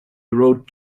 rode